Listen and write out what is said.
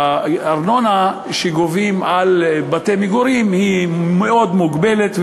הארנונה שגובים על בתי-מגורים מאוד מוגבלת,